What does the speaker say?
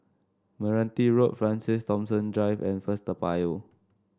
Meranti Road Francis Thomas Drive and First Toa Payoh